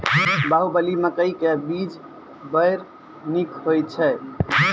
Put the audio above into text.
बाहुबली मकई के बीज बैर निक होई छै